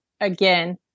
again